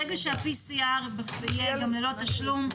ברגע שה-PCR יהיה גם ללא תשלום,